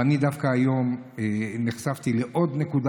אבל אני דווקא היום נחשפתי לעוד נקודה